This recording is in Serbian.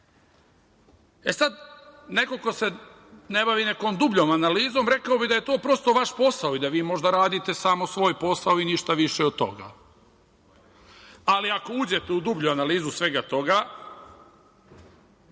neko ko se ne bavi nekom dubljom analizom, rekao bi da je to prosto vaš posao i da vi možda radite samo svoj posao i ništa više od toga, ali ako uđete u dublju analizu svega toga,